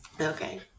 Okay